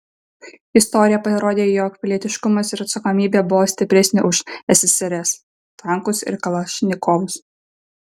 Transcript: istorija parodė jog pilietiškumas ir atsakomybė buvo stipresni už ssrs tankus ir kalašnikovus